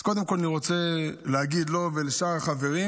אז קודם כול אני רוצה להגיד לו ולשאר החברים: